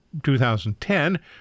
2010